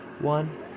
one